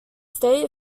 state